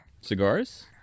cigars